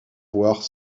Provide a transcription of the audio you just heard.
voire